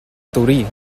torí